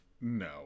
No